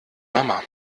mama